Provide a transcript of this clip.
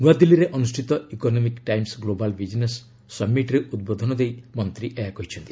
ନ୍ତଆଦିଲ୍କୀରେ ଅନୁଷ୍ଠିତ economic times global business ସମିଟ୍ରେ ଉଦ୍ବୋଧନ ଦେଇ ମନ୍ତ୍ରୀ ଏହା କହିଛନ୍ତି